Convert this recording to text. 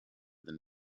than